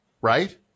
Right